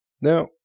Now